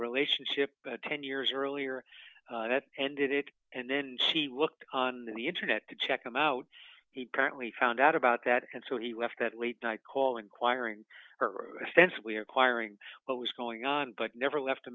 relationship ten years earlier that ended it and then she looked on the internet to check them out currently found out about that and so he left that late night call inquiring extensively requiring what was going on but never left a